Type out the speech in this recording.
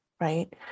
right